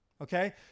okay